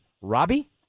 Robbie